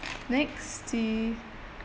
next T